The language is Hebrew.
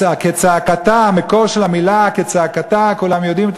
אז מקור המילה "הכצעקתה" כולם יודעים את